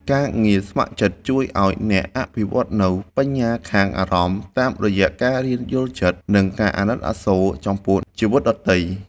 ការងារស្ម័គ្រចិត្តជួយឱ្យអ្នកអភិវឌ្ឍនូវ បញ្ញាខាងអារម្មណ៍ តាមរយៈការរៀនយល់ចិត្ត និងការអាណិតអាសូរចំពោះជីវិតដទៃ។